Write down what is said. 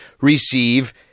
receive